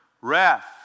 wrath